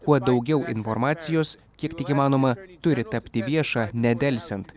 kuo daugiau informacijos kiek tik įmanoma turi tapti vieša nedelsiant